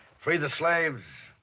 free the slaves!